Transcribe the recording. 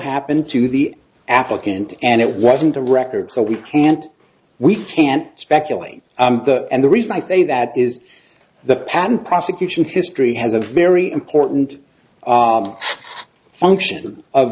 happened to the applicant and it wasn't a record so we can't we can't speculate and the reason i say that is the patent prosecution history has a very important function of